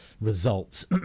results